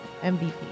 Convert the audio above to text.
MVP